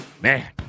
Man